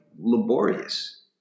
laborious